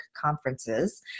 conferences